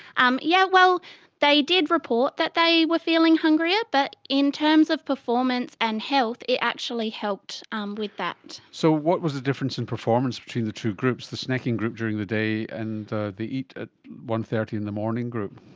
um yeah, well they did report that they were feeling hungrier, but in terms of performance and health, it actually helped um with that. so what was the difference in performance between the two groups, the snacking group during the day and the the eat at one. thirty in the morning group?